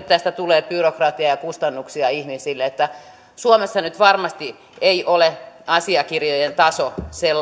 tästä tulee byrokratiaa ja kustannuksia ihmisille suomessa nyt varmasti ei ole asiakirjojen taso